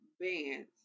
bands